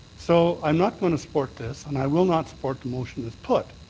so i'm not going to support this. and i will not support the motion as put.